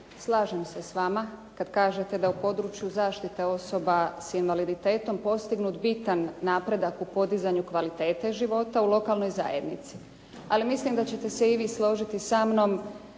slažem se s vama kad kažete da je u području zaštite osoba s invaliditetom postignut bitan napredak u podizanju kvalitete života u lokalnoj zajednici. Ali mislim da ćete se i vi složiti sa mnom